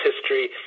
history